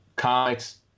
comics